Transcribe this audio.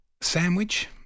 Sandwich